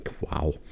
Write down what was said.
wow